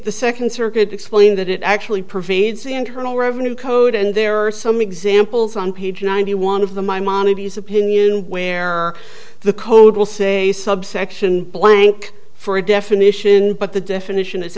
the second circuit explained that it actually pervades the internal revenue code and there are some examples on page ninety one of the my mommy is opinion where the code will say subsection blank for a definition but the definition is